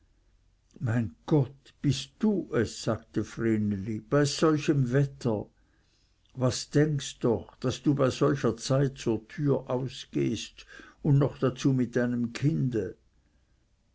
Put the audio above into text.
mein gott bist du es sagte vreneli bei solchem wetter was denkst doch daß du bei solcher zeit zur türe aus gehst und noch dazu mit einem kinde